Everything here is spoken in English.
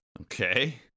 Okay